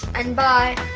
and bye.